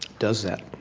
does that.